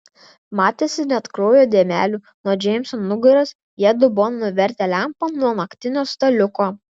matėsi net kraujo dėmelių nuo džeimso nugaros jiedu buvo nuvertę lempą nuo naktinio staliuko